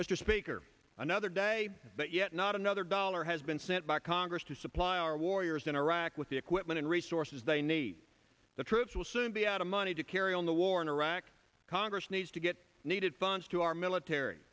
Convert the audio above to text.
mr speaker another day but yet not another dollar has been sent by congress to supply our warriors in iraq with the equipment and resources they need the troops will soon be out of money to carry on the war in iraq congress needs to get needed funds to our military